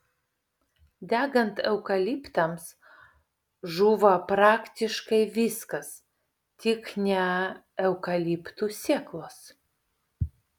degant eukaliptams žūva praktiškai viskas tik ne eukaliptų sėklos